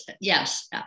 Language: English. yes